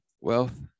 wealth